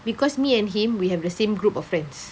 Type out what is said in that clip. because me and him we have the same group of friends